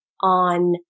on